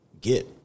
Get